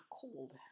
cold